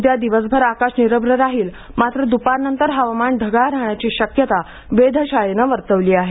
उद्या दिवसभर आकाश निरभ्र राहिल मात्र द्पारनंतर हवामान ढगाळ राहाण्याची शक्यता वेधशाळेनं वर्तवली आहे